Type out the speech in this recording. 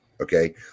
Okay